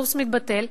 הקורס מתבטל,